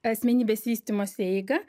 asmenybės vystymosi eigą